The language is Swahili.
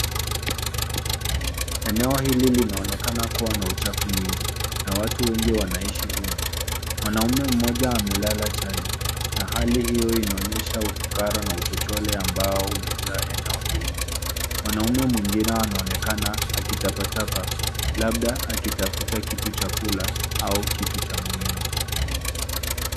Eneo hili linaonekana kuwa na uchafu mwingi na watu wengi wanaishi humu. Mwanaume moja amelala chali na hali hiyo inaonyesha ufukara na uchochole ambao umejaa eneo hili. Mwanaume mwingine anaonekana akitapatapa, labda akitafuta kitu cha kula au kitu cha muhimu.